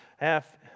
half